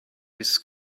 this